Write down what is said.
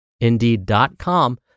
Indeed.com